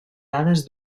dades